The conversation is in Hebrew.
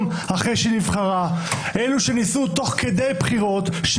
שהלכה לבחירות פעם אחר פעם,